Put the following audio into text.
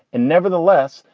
and nevertheless,